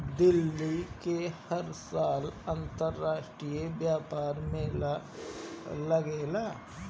दिल्ली में हर साल अंतरराष्ट्रीय व्यापार मेला लागेला